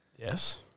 Yes